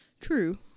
True